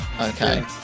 Okay